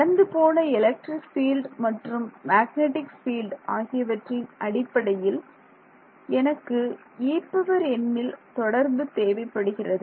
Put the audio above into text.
கடந்து போன electric field மற்றும் மேக்னெட்டிக் பீல்டு ஆகியவற்றின் அடிப்படையில் எனக்கு En ல் தொடர்பு தேவைப்படுகிறது